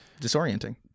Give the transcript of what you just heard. disorienting